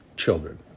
children